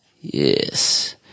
Yes